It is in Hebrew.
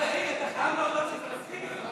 יהיר, אתה חייב להודות שזה מצחיק.